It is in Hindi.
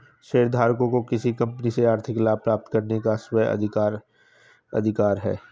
शेयरधारकों को किसी कंपनी से आर्थिक लाभ प्राप्त करने का एक स्व अधिकार अधिकार है